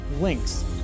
links